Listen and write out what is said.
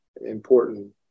important